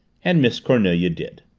and miss cornelia did.